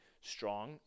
strong